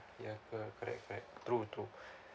ya cor~ correct correct true true